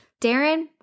Darren